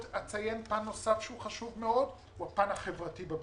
פן נוסף חשוב מאוד הוא הפן החברתי בביקורת.